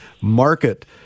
market